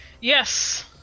Yes